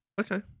Okay